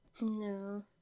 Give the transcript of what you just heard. No